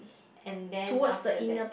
and then after that